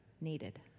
needed